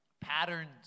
Patterns